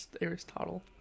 Aristotle